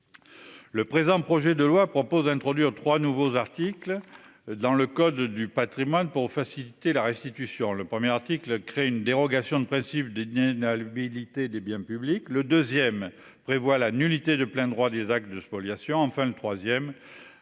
Le présent projet de loi propose d'introduire 3 nouveaux articles dans le code du patrimoine pour faciliter la restitution, le premier article crée une dérogation de précise des naines habilité des biens publics. Le 2ème prévoit la nullité de plein droit des actes de spoliation en fin de 3ème